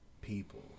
people